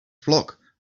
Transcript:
flock